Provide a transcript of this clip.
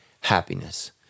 happiness